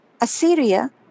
Assyria